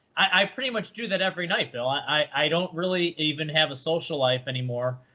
i pretty much do that every night, bill. i i don't really even have a social life anymore.